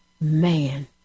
man